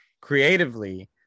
creatively